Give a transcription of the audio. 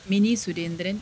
mini Surendran